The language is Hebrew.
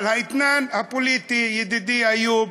אבל האתנן הפוליטי, ידידי איוב,